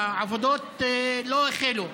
העבודות לא החלו.